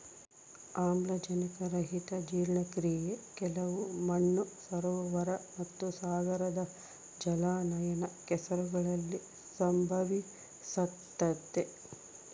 ಆಮ್ಲಜನಕರಹಿತ ಜೀರ್ಣಕ್ರಿಯೆ ಕೆಲವು ಮಣ್ಣು ಸರೋವರ ಮತ್ತುಸಾಗರದ ಜಲಾನಯನ ಕೆಸರುಗಳಲ್ಲಿ ಸಂಭವಿಸ್ತತೆ